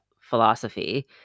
philosophy